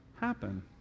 happen